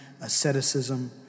asceticism